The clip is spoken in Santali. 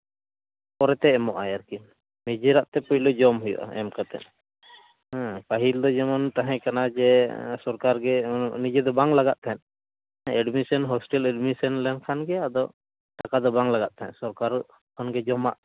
ᱯᱚᱨᱮᱛᱮᱭ ᱮᱢᱚᱜᱼᱟᱭ ᱟᱨᱠᱤ ᱱᱤᱡᱮᱨᱟᱜ ᱛᱮ ᱯᱟᱹᱭᱞᱟᱹ ᱡᱚᱱ ᱦᱩᱭᱩᱜᱼᱟ ᱮᱢ ᱠᱟᱛᱮᱫ ᱦᱩᱸ ᱯᱟᱹᱦᱤᱞ ᱫᱚ ᱡᱮᱢᱚᱱ ᱛᱟᱦᱮᱸᱠᱟᱱᱟ ᱡᱮ ᱥᱚᱨᱠᱟᱨ ᱜᱮ ᱱᱤᱡᱮ ᱫᱚ ᱵᱟᱝ ᱞᱟᱜᱟᱜ ᱛᱟᱦᱮᱸᱫ ᱦᱮᱸ ᱮᱰᱢᱤᱥᱮᱱ ᱦᱳᱥᱴᱮᱞ ᱮᱰᱢᱤᱥᱮᱱ ᱞᱮᱱᱠᱷᱟᱱ ᱜᱮ ᱟᱫᱚ ᱴᱟᱠᱟ ᱫᱚ ᱵᱟᱝ ᱞᱟᱜᱟᱜ ᱛᱟᱦᱮᱸᱫ ᱥᱚᱨᱠᱟᱨ ᱠᱷᱚᱱ ᱜᱮ ᱡᱚᱢᱟᱜ